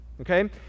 okay